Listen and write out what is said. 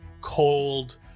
cold